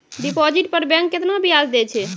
Deposit पर bank केतना ब्याज दै छै?